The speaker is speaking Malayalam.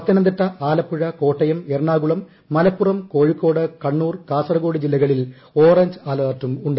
പത്തനംതിട്ട ആലപ്പുഴ കോട്ടയം എറണാകുളംമലപ്പുറം കോഴിക്കോട് കണ്ണൂർ കാസറഗോഡ് ജില്ലകളിൽ ഓറഞ്ച് അലർട്ടുമുണ്ട്